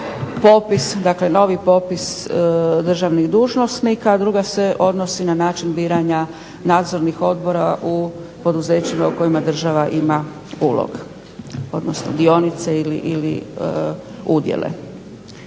odnosi na novi popis državnih dužnosnika, a druga se odnosi na način biranja nadzornih odbora u poduzećima u kojima država ima ulog, odnosno dionice ili udjele.